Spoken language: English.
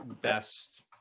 best